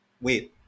wait